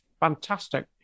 fantastic